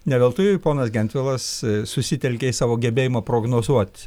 ne veltui ponas gentvilas susitelkė į savo gebėjimą prognozuot